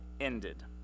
ended